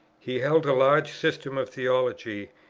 he held a large system of theology,